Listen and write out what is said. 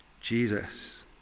Jesus